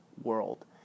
world